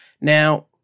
Now